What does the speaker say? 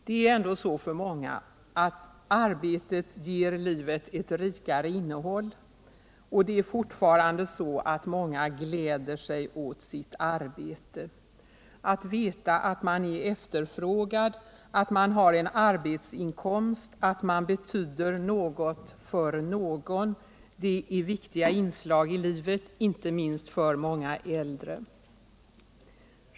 Det är ändå så för många att arbetet ger livet ett rikare innehåll, och det är fortfarande så att många gläder sig åt sitt arbete. Att veta att man är efterfrågad, att man har en arbetsinkomst, att man betyder något för någon är viktiga inslag i livet, inte minst för många äldre.